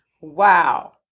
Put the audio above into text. Wow